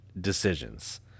decisions